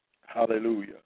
hallelujah